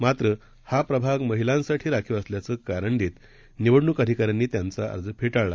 मात्रहाप्रभागमहिलांसाठीराखीवअसल्याचंकारणदेतनिवडणुकअधिकाऱ्यांनीत्यांचाअर्जफेटाळला